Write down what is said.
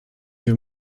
wir